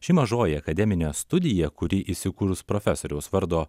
ši mažoji akademinė studija kuri įsikurs profesoriaus vardo